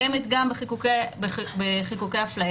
קיימת גם בחיקוקי אפליה.